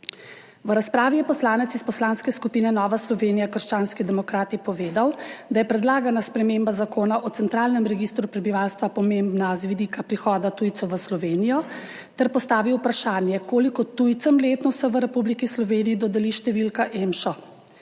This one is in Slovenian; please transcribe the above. V razpravi je poslanec iz Poslanske skupine Nova Slovenija – krščanski demokrati povedal, da je predlagana sprememba Zakona o centralnem registru prebivalstva pomembna z vidika prihoda tujcev v Slovenijo ter postavil vprašanje, koliko tujcem letno se v Republiki Sloveniji dodeli številka EMŠO.